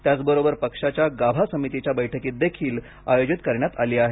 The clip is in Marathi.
त्याचबरोबर पक्षाच्या गाभा समितीच्या बैठकीतदेखील आयोजित करण्यात आली आहे